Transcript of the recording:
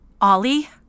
Ollie